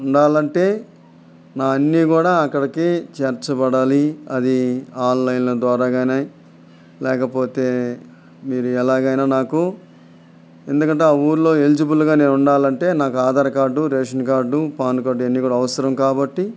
ఉండాలంటే నా అన్నీ కూడా అక్కడకి చేర్చబడాలి అది ఆన్లైన్ల ద్వారా కానీ లేకపోతే మీరు ఎలాగైనా నాకు ఎందుకంటే ఆ ఊరిలో ఎలిజిబుల్గా నేను ఉండాలంటే నాకు Aadhaar card ration card PAN card ఇవన్నీ కూడా అవసరం కాబట్టి